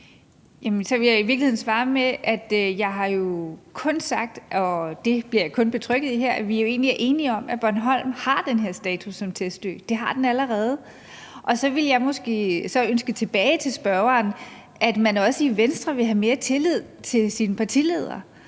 jeg kun betrygget i her, at vi egentlig er enige om, at Bornholm har den her status som testø; det har den allerede. Jeg vil så måske ønske af spørgeren, at man også i Venstre vil have mere tillid til sin partileder.